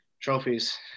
trophies